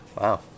Wow